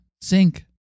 sink